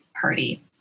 party